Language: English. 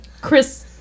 chris